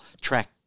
track